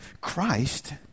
Christ